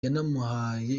yanamuhaye